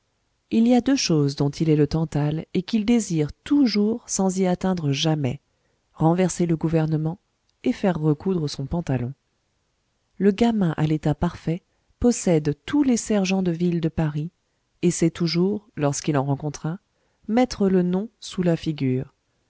il y a deux choses dont il est le tantale et qu'il désire toujours sans y atteindre jamais renverser le gouvernement et faire recoudre son pantalon le gamin à l'état parfait possède tous les sergents de ville de paris et sait toujours lorsqu'il en rencontre un mettre le nom sous la figure